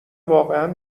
واقعا